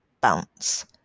bounce